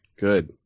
Good